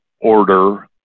order